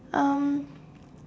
um